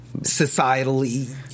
societally